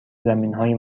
زمینهای